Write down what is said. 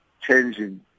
changing